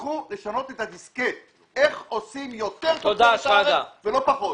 לכו לשנות את הדיסקט איך עושים יותר ולא פחות.